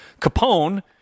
Capone